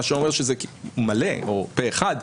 מה שאומר שזה מלא או פה אחד,